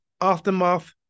aftermath